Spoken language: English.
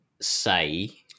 say